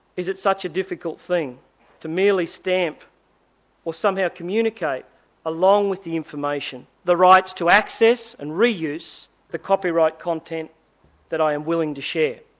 is it such a difficult thing to merely stamp or somehow communicate along with the information the rights to access and reuse the copyright content that i am willing to share?